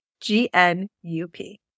g-n-u-p